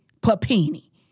Papini